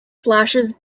flashes